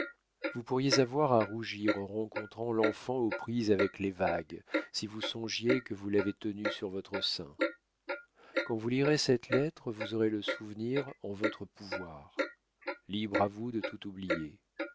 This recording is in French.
vous pourriez avoir à rougir en rencontrant l'enfant aux prises avec les vagues si vous songiez que vous l'avez tenu sur votre sein quand vous lirez cette lettre vous aurez le souvenir en votre pouvoir libre à vous de tout oublier